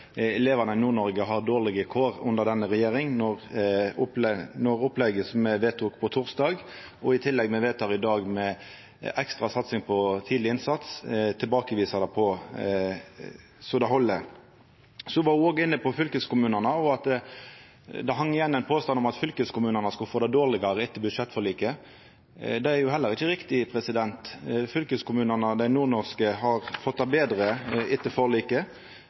elevane i Nord-Noreg har dårlege kår under denne regjeringa, når opplegget som me vedtok på torsdag, i tillegg til det me vedtek i dag – ekstra satsing på tidleg innsats – tilbakeviser det så det held. Ho var òg inne på fylkeskommunane. Det hang igjen ein påstand om at fylkeskommunane skulle få det dårlegare etter budsjettforliket. Det er heller ikkje riktig. Dei nordnorske fylkeskommunane har fått det betre etter forliket.